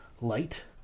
light